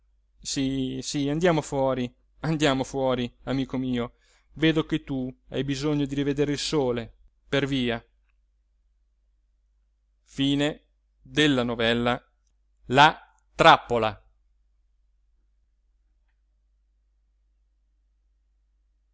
sì sì andiamo fuori andiamo fuori amico mio vedo che tu hai bisogno di rivedere il sole per via